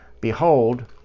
Behold